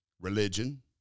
religion